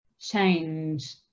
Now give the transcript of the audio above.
change